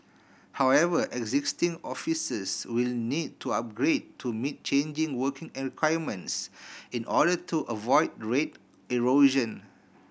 however existing offices will need to upgrade to meet changing working requirements in order to avoid rate erosion